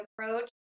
approach